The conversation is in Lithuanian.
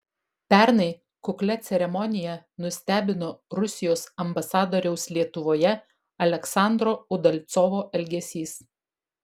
pernai kuklia ceremonija nustebino rusijos ambasadoriaus lietuvoje aleksandro udalcovo elgesys